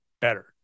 better